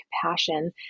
compassion